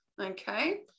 Okay